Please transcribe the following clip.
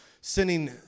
sending